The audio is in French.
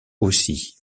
aussi